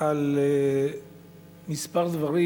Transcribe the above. בדוח על כמה דברים,